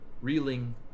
reeling